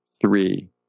three